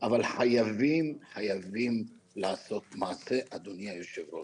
אבל חייבים לעשות מעשה, אדוני היו"ר.